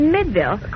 Midville